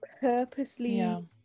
purposely